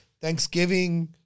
Thanksgiving